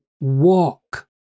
walk